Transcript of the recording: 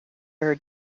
are